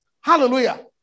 Hallelujah